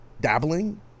dabbling